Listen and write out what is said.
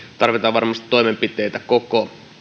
tarvitaan varmasti toimenpiteitä koko